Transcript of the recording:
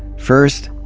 first,